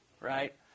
right